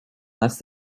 less